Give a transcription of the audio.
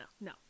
no